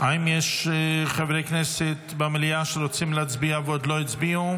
האם יש חברי כנסת במליאה שרוצים להצביע ועוד לא הצביעו?